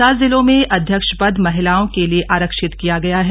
सात जिलों में अध्यक्ष पद महिलाओं के लिए आरक्षित किया गया है